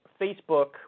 Facebook